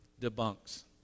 debunks